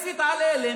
מי מסית על אלה,